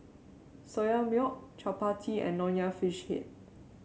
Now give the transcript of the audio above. Soya Milk chappati and Nonya Fish Head